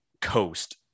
coast